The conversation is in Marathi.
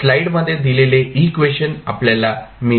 स्लाइड मध्ये दिलेले इक्वेशन आपल्याला मिळते